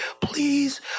please